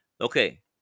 Okay